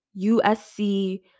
usc